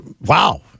Wow